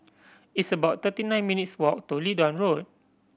it's about thirty nine minutes' walk to Leedon Road